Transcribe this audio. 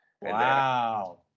Wow